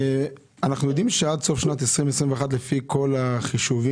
אנחנו יודעים שעד סוף שנת 2021 לפי כל החישובים,